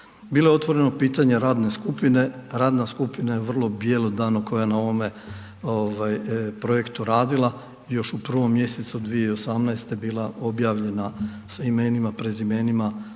bilo je otvoreno pitanje radne skupine, radna skupina je vrlo bjelodano koja je na ovome projektu radila, još u 1. mj. 2018. bila objavljena sa imenima, prezimenima